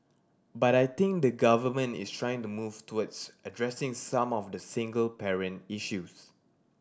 but I think the Government is trying to move towards addressing some of the single parent issues